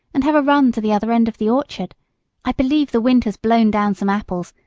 and have a run to the other end of the orchard i believe the wind has blown down some apples,